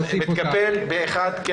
אז התקבל פה-אחד.